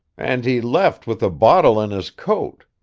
and he left with a bottle in his coat.